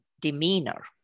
demeanor